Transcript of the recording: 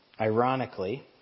ironically